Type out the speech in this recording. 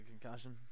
concussion